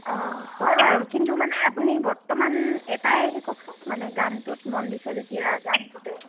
অঁ হয় বাৰু কিন্তু মানে আপুনি বৰ্তমান এটাই শিকক চোন মানে গানটোত মন দিছে যেতিয়া গানটোতে